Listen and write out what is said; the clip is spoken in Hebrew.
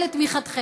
אודה על תמיכתכם.